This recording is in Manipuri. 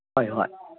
ꯍꯣꯏ